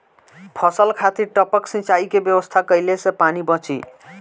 फसल खातिर टपक सिंचाई के व्यवस्था कइले से पानी बंची